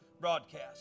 Broadcast